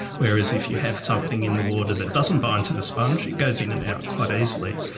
whereas if you have something in the water that doesn't bind to the sponge, it goes in and out quite easily,